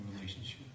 relationship